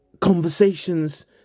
conversations